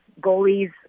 goalies